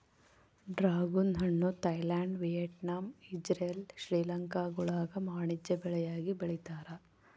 dragon ಹಣ್ಣು Thailand Vietnam Israel ಶ್ರೀಲಂಕಾಗುಳಾಗ ವಾಣಿಜ್ಯ ಬೆಳೆಯಾಗಿ ಬೆಳೀತಾರ